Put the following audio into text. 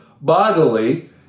bodily